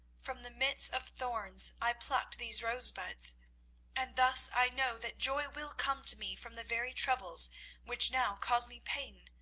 from the midst of thorns, i plucked these rosebuds and thus i know that joy will come to me from the very troubles which now cause me pain.